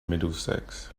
middlesex